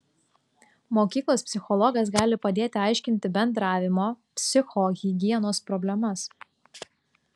mokyklos psichologas gali padėti aiškinti bendravimo psichohigienos problemas